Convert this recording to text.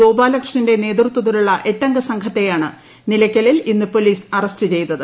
ഗോപാലകൃഷ്ണന്റെ നേതൃത്വത്തിലുള്ള എട്ടംഗസംഘത്തെയാണ് നിലയ്ക്കലിൽ ഇസ്സ് പോലീസ് അറസ്റ്റ് ചെയ്തത്